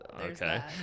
okay